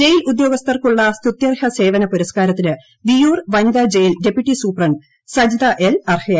jail ഉദ്യോഗസ്ഥർക്കുള്ള സ്തുത്യർഹ സേവന പുരസ്കാരത്തിന് വിയ്യൂർ വനിതാ jail deputy superintendent Sajitha L അർഹയായി